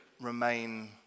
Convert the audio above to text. remain